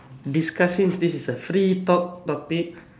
discuss since this is a free talk topic